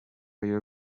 you